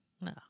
No